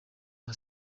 nka